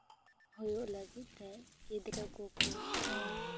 ᱦᱩᱭᱩᱜ ᱞᱟᱹᱜᱤᱫ ᱛᱮ ᱜᱤᱫᱽᱨᱟᱹ ᱠᱚᱠᱚ